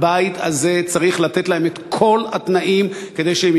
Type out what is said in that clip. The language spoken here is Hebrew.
הבית הזה צריך לתת להן את כל התנאים כדי שהן